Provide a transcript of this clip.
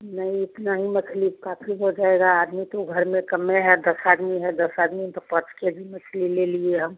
नहीं इतना ही मछली काफ़ी हो जाएगा आदमी तो घर में कम है दस आदमी है दस आदमी तो पच के भी मछली ले लिए हम